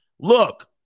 Look